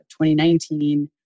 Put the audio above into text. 2019